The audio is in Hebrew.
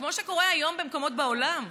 כמו שקורה היום במקומות בעולם.